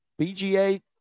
BGA